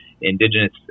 Indigenous